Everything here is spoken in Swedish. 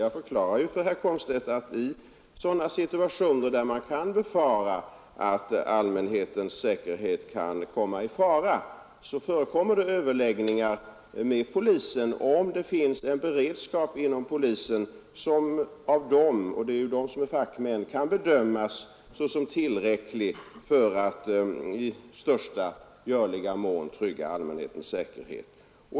Jag förklarade ju för herr Komstedt att i sådana situationer där det kan befaras att allmänhetens säkerhet kan komma att äventyras tar vi upp överläggningar med polisen och hör efter omen sådan beredskap kan upprätthållas att polisledningen — och det är ju där fackmännen finns — bedömer den som tillräcklig för att i möjligaste mån trygga allmänhetens säkerhet.